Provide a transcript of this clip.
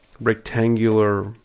rectangular